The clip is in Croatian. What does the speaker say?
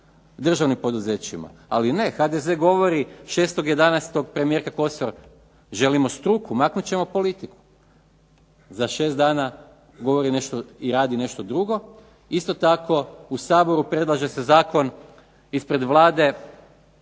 državni poduzećima. Ali ne, HDZ govori 6. 11. premijerka Kosor, želimo struku, maknut ćemo politiku. Za 6 dana govori i radi nešto drugo. Isto tako u Saboru se predlaže zakon ispred Vlade,